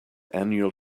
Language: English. annual